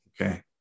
Okay